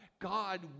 God